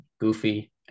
goofy